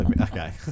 Okay